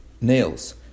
nails